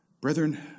brethren